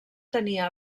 tenia